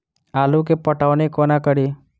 आलु केँ पटौनी कोना कड़ी?